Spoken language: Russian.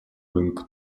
рынка